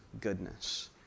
goodness